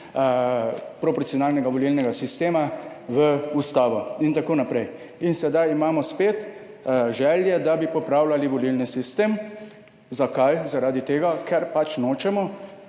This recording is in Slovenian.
proporcionalnega volilnega sistema v ustavo in tako naprej. In sedaj imamo spet želje, da bi popravljali volilni sistem. Zakaj? Zaradi tega, ker se pač nočemo